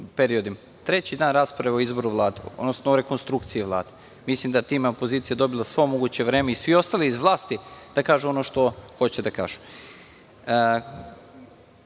periodima. Treći dan rasprave o izboru Vlade, odnosno o rekonstrukciji Vlade. Mislim da je time opozicija dobila svo moguće vreme i svi ostali iz vlasti, da kažu ono što hoće da